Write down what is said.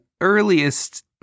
earliest